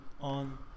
on